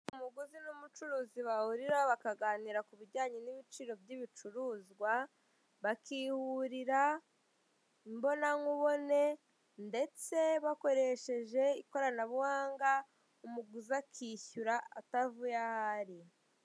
Umuguzi n'umucuruzi bahurira bakaganira ku bijyanye n'ibiciro by'ibicuruzwa bakihurira imbonankubone, ndetse bakoresheje ikoranabuhanga, umuguzi akishyura atavuye aho ari.